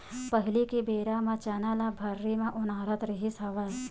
पहिली के बेरा म चना ल भर्री म ओनारत रिहिस हवय